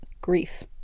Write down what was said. grief